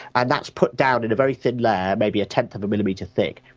and that's put down in a very thin layer, maybe a tenth of a millimetre thick.